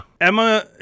Emma